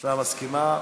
הממשלה מסכימה.